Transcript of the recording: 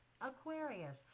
Aquarius